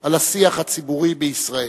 על השיח הציבורי בישראל.